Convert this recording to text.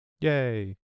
Yay